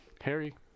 Harry